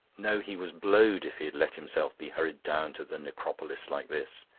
no, he was blowed if he'd let himself be hurried down to the necropolis like this.